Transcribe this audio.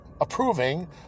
approving